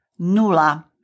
nula